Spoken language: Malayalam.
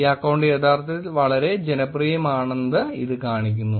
ഈ അക്കൌണ്ട് യഥാർത്ഥത്തിൽ വളരെ ജനപ്രിയമാണെന്ന് ഇത് കാണിക്കുന്നു